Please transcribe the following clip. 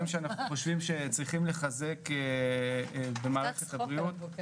שאנחנו חושבים שצריכים לחזק במערכת הבריאות